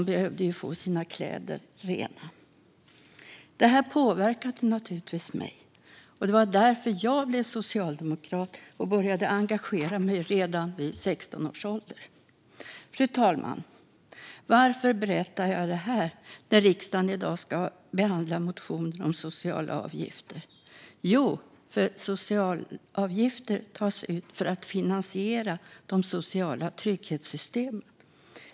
De behövde ju få sina kläder rena. Det här påverkade mig naturligtvis. Det var därför som jag blev socialdemokrat och började engagera mig redan vid 16 års ålder. Fru talman! Varför berättar jag det här när riksdagen i dag ska behandla motioner om sociala avgifter? Jo, för att socialavgifter tas ut för att finansiera de sociala trygghetssystemen.